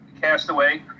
castaway